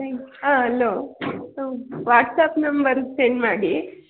thanks ಆಂ ಅಲೋ WhatsApp number send ಮಾಡಿ